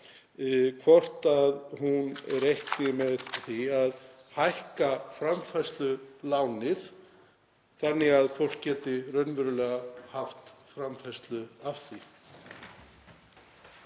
hvort hún reikni með því að hækka framfærslulánið þannig að fólk geti raunverulega framfleytt sér af því.